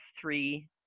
three